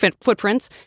footprints